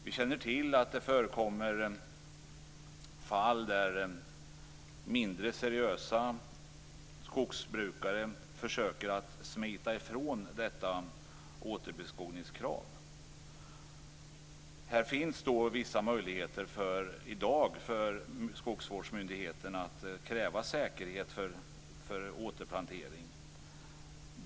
Vi känner till fall där mindre seriösa skogsbrukare försöker att smita ifrån återbeskogningskravet. Här finns dock vissa möjligheter för skogsvårdsmyndigheterna att i dag kräva säkerhet för återplantering.